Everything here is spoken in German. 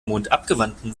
mondabgewandten